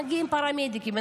מגיעים פרמדיקים.